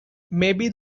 maybe